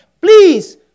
please